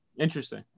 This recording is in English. Interesting